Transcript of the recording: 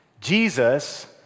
Jesus